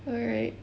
alright